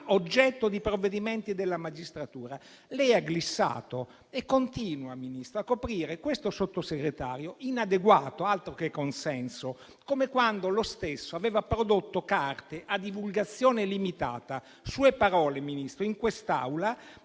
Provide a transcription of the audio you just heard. oggetto di provvedimenti della magistratura. Lei ha glissato e continua, Ministro, a coprire questo Sottosegretario inadeguato - altro che consenso - come quando lo stesso aveva prodotto carte a divulgazione limitata - sue parole, Ministro - in quest'Aula